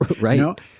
right